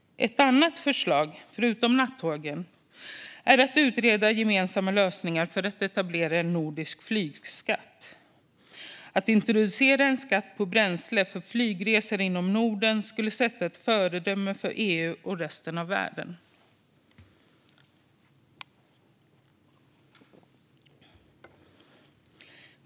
Ett annat förslag, förutom det om nattågen, är att man ska utreda gemensamma lösningar för att etablera en nordisk flygskatt. Att introducera en skatt på bränsle för flygresor inom Norden skulle bli ett föredöme för EU och resten av världen.